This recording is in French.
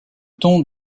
tons